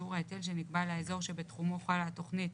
משיעור ההיטל שנקבע לאזור שבתחומו חלה התכנית